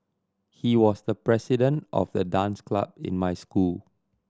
he was the president of the dance club in my school